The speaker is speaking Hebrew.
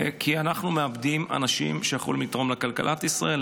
כי אנחנו מאבדים אנשים שיכולים לתרום לכלכלת ישראל,